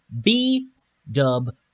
B-dub-